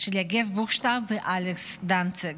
של יגב בוכשטב ואלכס דנציג.